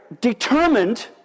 determined